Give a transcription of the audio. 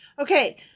Okay